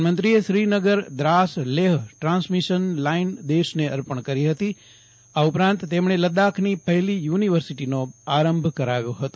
પ્રધાનમંત્રીએ Srinagar Dras Leh transmission line દેશને અર્પણ કરી હતી આ ઉપરાંત તેમણે લદ્દાખની પહેલી યુનિવર્સિટીનો આરંભ કરાવ્યો હતો